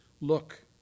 Look